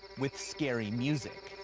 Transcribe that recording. with scary music.